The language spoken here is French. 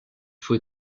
faut